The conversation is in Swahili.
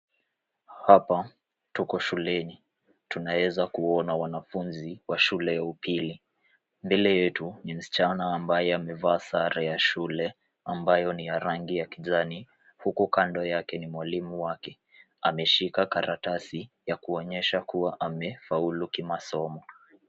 Hapa tuko shuleni tunaeza kuona wanafunzi wa shule ya upili mbele yetu ni msichana ambaye amevaa sare ya shule ambayo ni ya rangi ya kijani huku kando yake ni mwalimu wake ameshika karatasi ya kuonyesha kuwa amefaulu kimasomo.